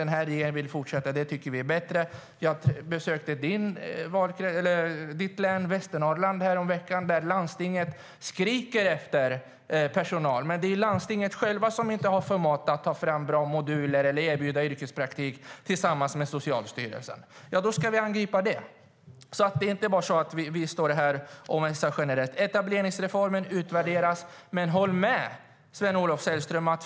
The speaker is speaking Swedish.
Den här regeringen vill fortsätta, och det tycker vi är bra. Etableringsreformen utvärderas. Men håll med mig, Sven-Olof Sällström!